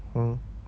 hmm